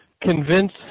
convince